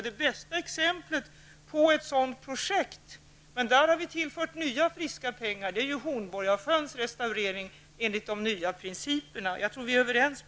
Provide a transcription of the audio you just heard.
Det bästa exemplet på ett sådant projekt är Hornborgarsjöns restaurering enligt de nya principerna. Den restaureringen har vi tillfört friska pengar. På den punkten tror jag vi är överens.